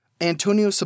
Antonio